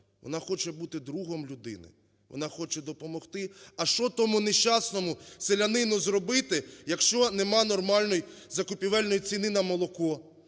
вона хоче бути другом людини, вона хоче допомогти. А що тому нещасному селянину зробити, якщо нема нормальної закупівельної ціни на молоко?